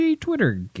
twitter